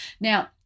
Now